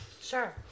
sure